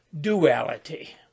duality